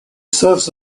serves